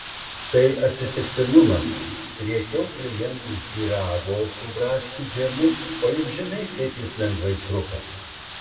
tai atsitiktinumas riekiau klientui pyrago su braškių džemu o juk žinai kaip jis lengvai trupa